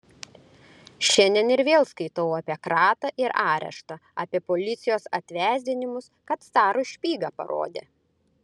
šiandien ir vėl skaitau apie kratą ir areštą apie policijos atvesdinimus kad carui špygą parodė